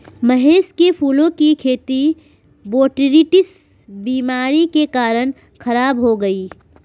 महेश के फूलों की खेती बोटरीटिस बीमारी के कारण खराब हो गई